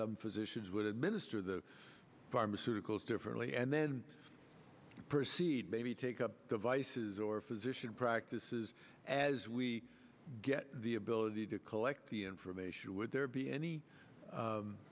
some physicians would administer the pharmaceuticals differently and then proceed maybe take up devices or physician practices as we get the ability to collect the information would there be any